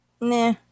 Nah